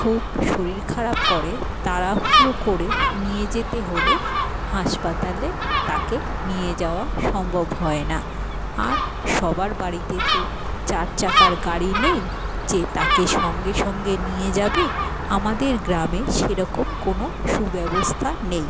খুব শরীর খারাপ করে তাড়াহুড়ো করে নিয়ে যেতে হলে হাসপাতালে তাকে নিয়ে যাওয়া সম্ভব হয় না আর সবার বাড়িতে তো চার চাকার গাড়ি নেই যে তাকে সঙ্গে সঙ্গে নিয়ে যাবে আমাদের গ্রামে সেরকম কোনো সুব্যবস্থা নেই